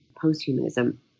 post-humanism